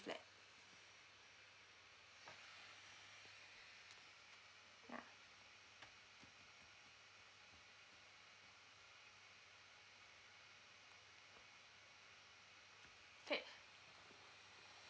flat okay